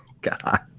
God